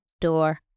door